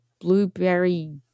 blueberry